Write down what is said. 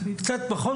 וקצת פחות,